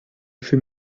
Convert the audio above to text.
fut